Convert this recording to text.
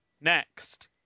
Next